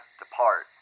depart